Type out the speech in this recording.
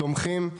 תומכים.